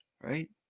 Right